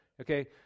Okay